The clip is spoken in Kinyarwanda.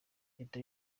leta